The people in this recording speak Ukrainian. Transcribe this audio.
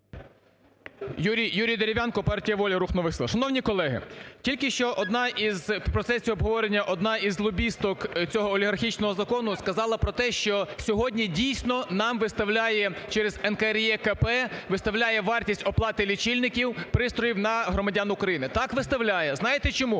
Юрій Дерев'янко, партія "Воля", "Рух нових сил". Шановні колеги, тільки що в процесі обговорення одна із лобісток цього олігархічного закону сказала про те, що сьогодні, дійсно, нам виставляє, через НКРЕКП виставляє вартість оплати лічильників, пристроїв на громадян України. Так, виставляє. Знаєте, чому?